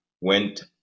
went